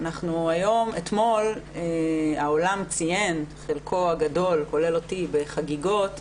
אתמול העולם ציין, חלקו הגדול כולל אותי, בחגיגות,